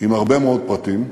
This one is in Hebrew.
עם הרבה מאוד פרטים: